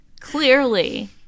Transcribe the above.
Clearly